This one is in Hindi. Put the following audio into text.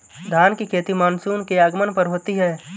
धान की खेती मानसून के आगमन पर होती है